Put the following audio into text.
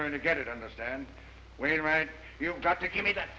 going to get it understand wainwright you've got to give me that